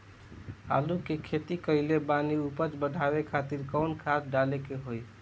आलू के खेती कइले बानी उपज बढ़ावे खातिर कवन खाद डाले के होई?